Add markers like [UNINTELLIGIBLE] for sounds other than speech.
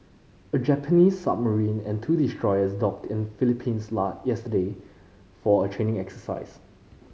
a Japanese submarine and two destroyers docked in Philippines [UNINTELLIGIBLE] yesterday for a training exercise